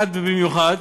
אחד במיוחד,